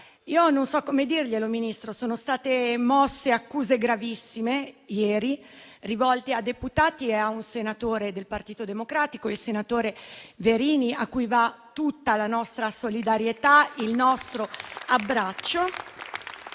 Non so come dirglielo, Ministro: sono state mosse accuse gravissime ieri, rivolte a deputati e a un senatore del Partito Democratico, il senatore Verini, a cui va tutta la nostra solidarietà e il nostro abbraccio.